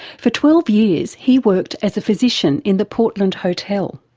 for twelve years he worked as physician in the portland hotel.